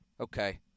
Okay